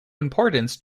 importance